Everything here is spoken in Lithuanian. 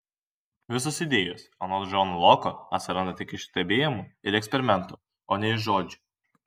visos idėjos anot džono loko atsiranda tik iš stebėjimų ir eksperimentų o ne iš žodžių